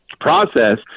process